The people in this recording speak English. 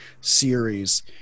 Series